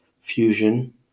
Fusion